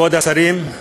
כבוד השרים,